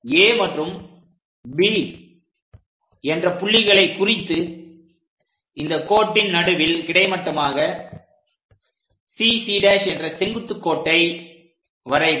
A மற்றும் B என்ற புள்ளிகளை குறித்து இந்த கோட்டின் நடுவில் கிடைமட்டமாக CC' என்ற செங்குத்து கோட்டை வரைக